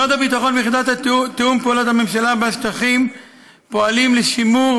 משרד הביטחון ויחידת תיאום פעולות הממשלה בשטחים פועלים לשימור